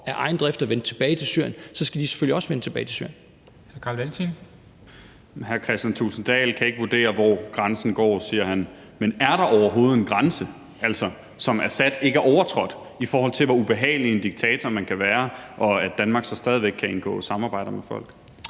Dam Kristensen): Hr. Carl Valentin. Kl. 14:13 Carl Valentin (SF): Hr. Kristian Thulesen Dahl kan ikke vurdere, hvor grænsen går, siger han. Men er der overhovedet en grænse, som Assad ikke har overtrådt, i forhold til hvor ubehagelig en diktator man kan være, og at Danmark så stadig væk kan indgå samarbejder med folk?